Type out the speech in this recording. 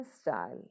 style